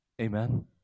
Amen